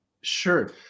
Sure